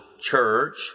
church